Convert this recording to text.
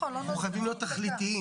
אנחנו חייבים להיות תכליתיים.